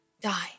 Die